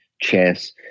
chess